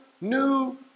new